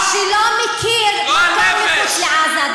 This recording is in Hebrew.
לא ישתמשו בו כדי לנגח את חיילי צה"ל.